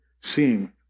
seeing